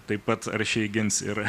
taip pat aršiai gins ir